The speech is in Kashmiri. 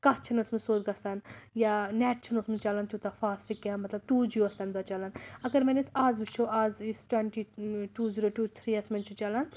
کَتھ چھَنہٕ ٲسمٕژ سیوٚد گژھان یا نٮ۪ٹ چھِنہٕ اوسمُت چَلان تیوٗتاہ فاسٹ کیٚنٛہہ مطلب ٹوٗ جی اوس تَمہِ دۄہ چَلان اَگر وۄنۍ أسۍ آز وٕچھو آز یُس ٹُونٹی ٹوٗ زیٖرو ٹوٗ تھرٛیٖیَس منٛز چھِ چَلان